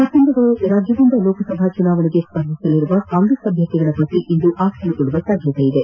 ಮತ್ತೊಂದೆಡೆ ರಾಜ್ಯದಿಂದ ಲೋಕಸಭಾ ಚುನಾವಣೆಗೆ ಸ್ವರ್ಧಿಸಲಿರುವ ಕಾಂಗ್ರೆಸ್ ಅಭ್ಯರ್ಥಿಗಳ ಪಟ್ಟಿ ಇಂದು ಅಖ್ಯೆರುಗೊಳ್ಳುವ ಸಾಧ್ಯತೆ ಇದೆ